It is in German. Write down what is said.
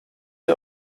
ihr